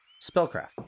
Spellcraft